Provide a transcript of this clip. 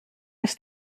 est